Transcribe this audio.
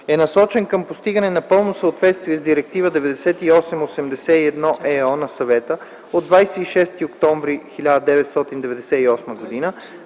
е насочен към постигане на пълно съответствие с Директива 98/81/ЕО на Съвета от 26 октомври 1998 г. за